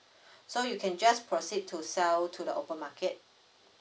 so you can just proceed to sell to the open market